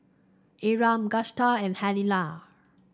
Ephram Agusta and Helena